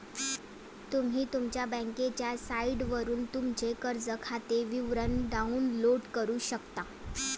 तुम्ही तुमच्या बँकेच्या साइटवरून तुमचे कर्ज खाते विवरण डाउनलोड करू शकता